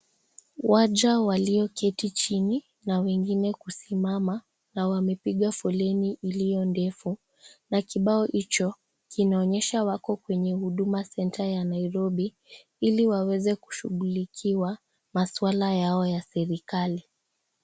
Waja walio keti chini na wengine kusimama na wamepiga foleni iliyo ndefu na kibao hicho kinaonyesha wako kwenye huduna centre ya Nairobi ili waweze kushugulikiwa maswala yao ya serikali.